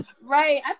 Right